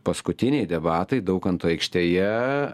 paskutiniai debatai daukanto aikštėje